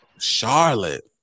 Charlotte